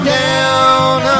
down